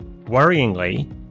worryingly